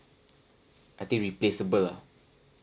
I think replaceable lah